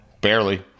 Barely